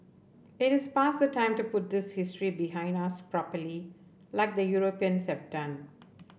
it is past the time to put this history behind us properly like the Europeans have done